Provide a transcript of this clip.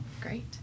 Great